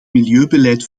milieubeleid